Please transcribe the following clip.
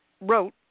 wrote